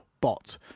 bot